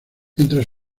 entre